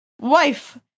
wife